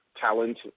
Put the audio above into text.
talent